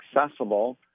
accessible